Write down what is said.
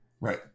right